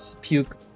puke